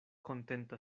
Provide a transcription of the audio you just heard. kontenta